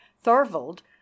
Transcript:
thorvald